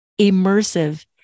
immersive